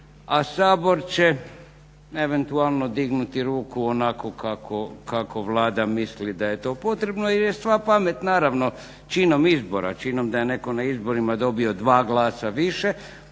a Sabor će eventualno dignuti ruku onako kako Vlada misli da je to potrebno jer je sva pamet naravno činom izbora, činom da je netko na izborima dobio dva glasa više